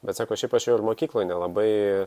bet sako šiaip aš jau ir mokykloj nelabai